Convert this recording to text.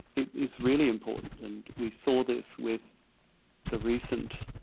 it is really important, and we saw this with the recent,